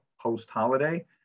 post-holiday